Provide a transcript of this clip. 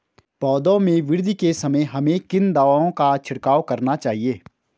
पौधों में वृद्धि के समय हमें किन दावों का छिड़काव करना चाहिए?